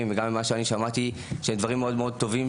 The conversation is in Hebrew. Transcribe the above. וגם ממה ששמעתי שהם דברים מאד טובים,